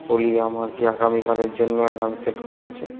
ওলি আমার কি আগামীকালের জন্য অ্যালার্ম সেট করা আছে